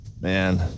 Man